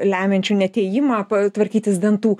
lemiančių neatėjimą tvarkytis dantų